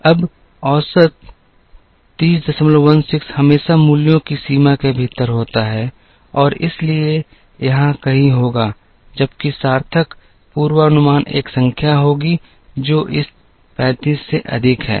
अब औसत औसत 3016 हमेशा मूल्यों की सीमा के भीतर होता है और इसलिए यहां कहीं होगा जबकि सार्थक पूर्वानुमान एक संख्या होगी जो इस 35 से अधिक है